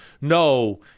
no